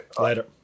Later